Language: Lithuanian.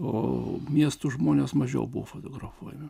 o miestų žmonės mažiau buvo fotografuojami